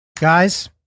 Guys